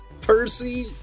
percy